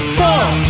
Four